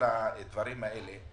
לדברים האלה,